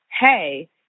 hey